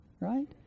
Right